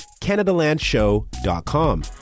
CanadaLandShow.com